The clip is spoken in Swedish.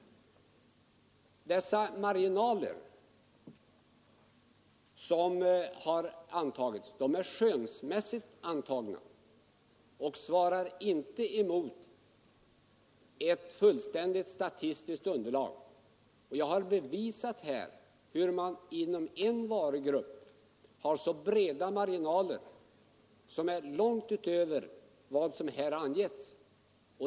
De marginaler som har antagits är skönsmässigt beräknade och svarar inte mot ett fullständigt statistiskt underlag. Jag har i tidigare anförande bevisat hur man inom en varugrupp har så stora viktskillnader att de går långt utöver vad som har angivits.